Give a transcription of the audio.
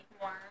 more